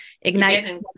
ignite